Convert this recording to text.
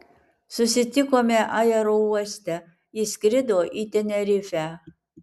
susitikome aerouoste ji skrido į tenerifę